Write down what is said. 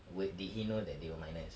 wer~ did he know that they were minors